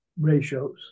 ratios